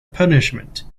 punishment